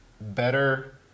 Better